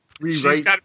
rewrite